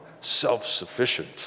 self-sufficient